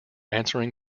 answering